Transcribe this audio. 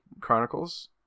Chronicles